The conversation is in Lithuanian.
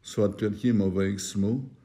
su atpirkimo veiksmu